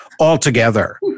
altogether